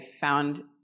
found